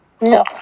No